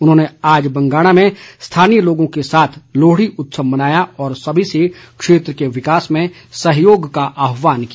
उन्होंने आज बंगाणा में स्थानीय लोगों के साथ लोहड़ी उत्सव मनाया और सभी से क्षेत्र के विकास में सहयोग का आहवान किया